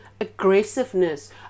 aggressiveness